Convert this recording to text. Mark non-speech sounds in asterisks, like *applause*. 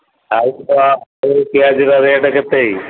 ଆଳୁ *unintelligible* ଆଉ ପିଆଜର ରେଟ୍ କେତେ